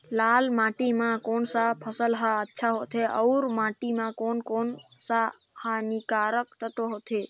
लाल माटी मां कोन सा फसल ह अच्छा होथे अउर माटी म कोन कोन स हानिकारक तत्व होथे?